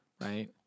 right